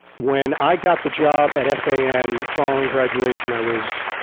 when i got the job at fan following graduation, i was